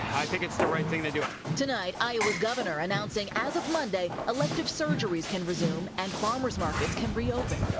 i think it's the right thing to do. reporter tonight, iowa's governor announcing as of monday, elective surgeries can resume and farmers markets can reopen.